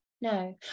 No